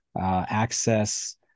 access